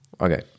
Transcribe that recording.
okay